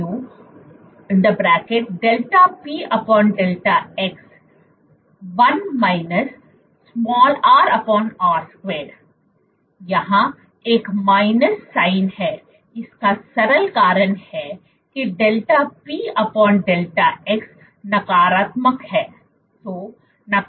यहां एक minus sign है इसका सरल कारण है कि δpδx नकारात्मक है